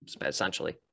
essentially